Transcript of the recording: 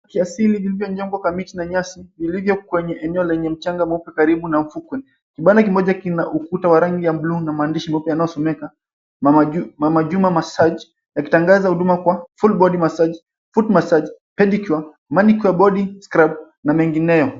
Kiasili, vilivyo nyongwa kamiti na nyasi vipo katika eneo lenye mchanga mweupe karibu na ufukwe. Kibanda kimoja kina ukuta wa rangi ya blue na maandishi ambayo pia yanasomeka: Mama Juma Massage, yakitangaza huduma za full body massage, foot massage, pedicure, manicure, body scrub na mengineyo.